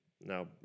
now